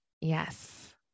Yes